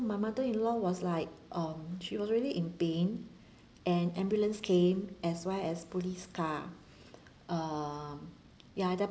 my mother in law was like um she was really in pain and ambulance came as well as police car uh ya at that